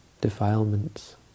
defilements